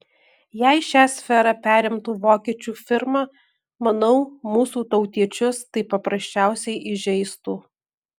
jei šią sferą perimtų vokiečių firma manau mūsų tautiečius tai paprasčiausiai įžeistų